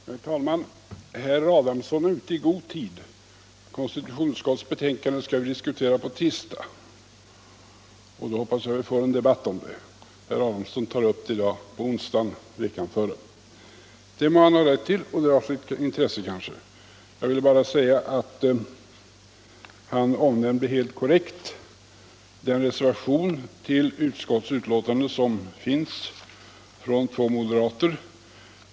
Herr talman! Herr Adamsson är ute i god tid. Konstitutionsutskottets betänkande skall vi diskutera på tisdag, och då hoppas jag vi får en debatt om det. Herr Adamsson tar upp det i dag, på onsdagen veckan före. Det må han ha rätt till och det har kanske sitt intresse. Jag vill bara säga att han omnämnde helt korrekt den reservation till konstitutionsutskottets betänkande som finns från två moderater.